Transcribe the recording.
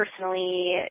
personally